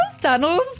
tunnels